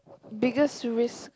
biggest risk